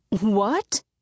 What